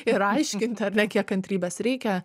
ir aiškinti ar ne kiek kantrybės reikia